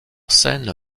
scène